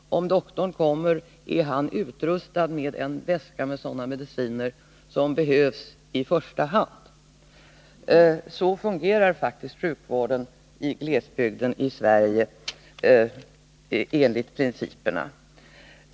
Och om doktorn kommer är han utrustad med en väska med sådana mediciner som behövs i första hand. Så fungerar faktiskt sjukvården i glesbygden i Sverige, enligt principerna.